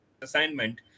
assignment